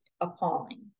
appalling